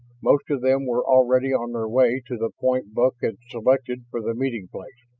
most of them were already on their way to the point buck had selected for the meeting place.